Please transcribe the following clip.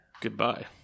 Goodbye